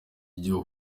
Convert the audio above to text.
ryo